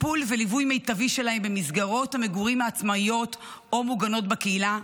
טיפול וליווי מיטבי שלהם במסגרות המגורים העצמאיות או מוגנות בקהילה,